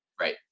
right